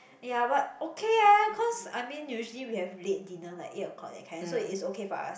ya but okay eh cause I mean usually we have late dinner like eight o-clock that kind so it's okay for us